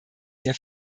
mir